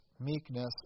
meekness